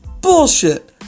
Bullshit